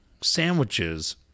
sandwiches